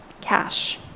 cash